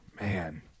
Man